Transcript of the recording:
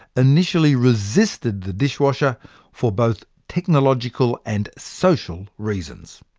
initially resisted the dishwasher for both technological and social reasons.